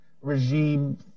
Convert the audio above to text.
regime